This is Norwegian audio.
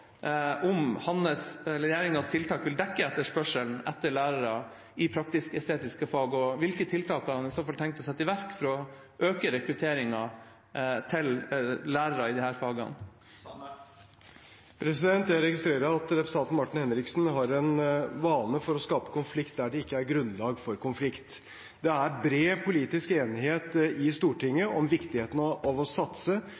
om regjeringas tiltak vil dekke etterspørselen etter lærere i praktisk-estetiske fag? Og hvis ikke, hvilke tiltak har han i så fall tenkt å sette i verk for å øke rekrutteringen til lærere i disse fagene? Jeg registrerer at representanten Martin Henriksen har en vane med å skape konflikt der det ikke er grunnlag for konflikt. Det er bred politisk enighet i